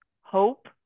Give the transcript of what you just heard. hope